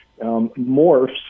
morphs